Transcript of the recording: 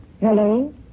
Hello